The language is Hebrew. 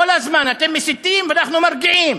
כל הזמן אתם מסיתים ואנחנו מרגיעים.